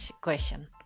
question